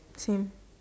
same